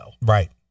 Right